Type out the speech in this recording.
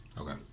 Okay